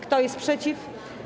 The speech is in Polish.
Kto jest przeciw?